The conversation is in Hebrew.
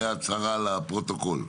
זו הצהרה לפרוטוקול.